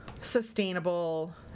sustainable